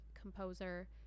composer